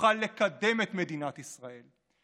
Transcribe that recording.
תוכל לקדם את מדינת ישראל.